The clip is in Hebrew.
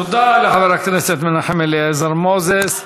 תודה לחבר הכנסת מנחם אליעזר מוזס.